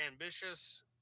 ambitious